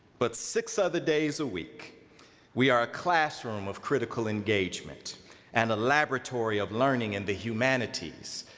but six other days a week we are a classroom of critical engagement and a laboratory of learning in the humanities,